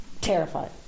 Terrified